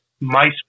mice